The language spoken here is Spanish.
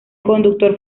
conductor